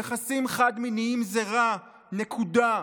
יחסים חד-מיניים זה רע, נקודה,